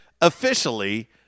officially